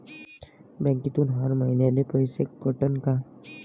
बँकेतून हर महिन्याले पैसा कटन का?